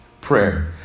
Prayer